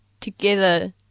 together